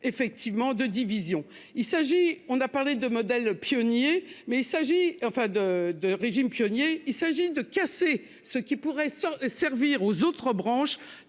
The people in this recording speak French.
effectivement de division. Il s'agit. On a parlé de modèle pionnier mais il s'agit enfin de de régime pionnier, il s'agit de casser ce qui pourrait s'en servir aux autres branches